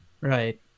Right